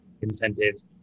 incentives